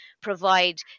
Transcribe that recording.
provide